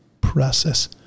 Process